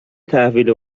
تحویل